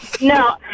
No